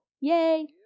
yay